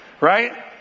Right